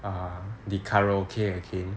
err the karaoke again